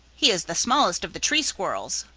he is the smallest of the tree squirrels,